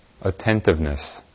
attentiveness